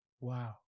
Wow